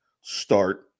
start